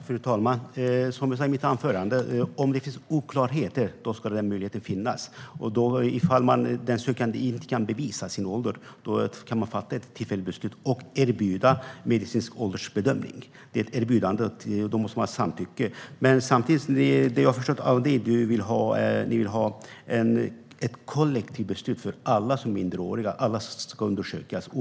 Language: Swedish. Fru talman! Som jag sa i mitt anförande ska möjligheten finnas om det finns oklarheter. Ifall den sökande inte kan bevisa sin ålder kan man fatta ett tillfälligt beslut och erbjuda medicinsk åldersbedömning. Det är ett erbjudande, och man måste ha samtycke. Det jag förstår av dig, Paula Bieler, är att ni vill ha ett kollektivt beslut som gäller för alla som är minderåriga. Alla ska undersökas.